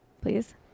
Please